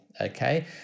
Okay